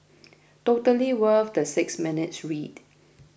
totally worth the six minutes read